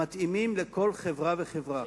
המתאימים לכל חברה וחברה.